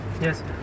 Yes